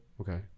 Okay